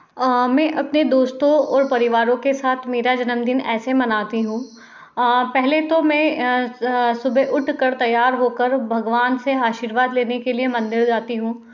मैं अपने दोस्तों और परिवारों के साथ मेरा जन्मदिन ऐसे मनाती हूँ पहले तो मैं सुबह उठकर तैयार होकर भगवान से आशीर्वाद लेने के लिए मंदिर जाती हूँ